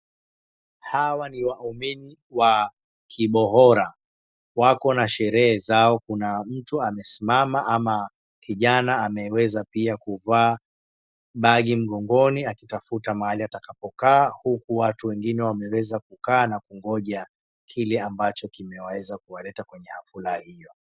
Hawa ni waumini wa Kimohora wako na sherehe zao na kuna mtu amesimama ama kijana ameweza pia kuvaa bagi mgongoni akitafuta mahali atakapokaa huku watu wengine wameweza kukaa na kugonja kile ambacho kimeweza kuwaleta kwenye hafla hiyo.